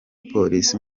polisi